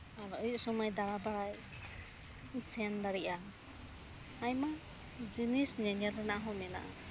ᱟᱵᱟᱨ ᱟᱹᱭᱩᱵ ᱥᱩᱢᱟᱹᱭ ᱫᱟᱲᱟᱵᱟᱲᱟᱭ ᱥᱮᱱᱫᱟᱲᱤᱭᱟᱜ ᱟ ᱟᱭᱢᱟ ᱡᱤᱱᱤᱥ ᱧᱮᱧᱮᱞ ᱨᱮᱱᱟᱜᱦᱚᱸ ᱢᱮᱱᱟᱜ ᱟ